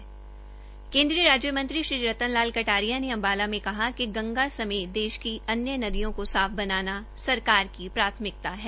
केन्द्रीय राज्य मंत्री श्री रतन लाल कटारिया ने अंबाला में कहा कि गंगा समेत देश की अन्य नदियों को साफ बनाना सरकार की प्राथमिकता है